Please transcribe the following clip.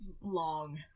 Long